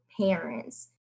parents